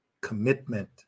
commitment